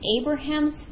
Abraham's